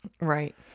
Right